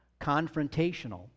confrontational